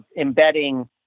embedding